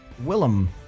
Willem